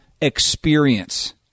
Experience